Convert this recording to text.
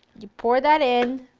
you pour that in.